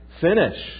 finish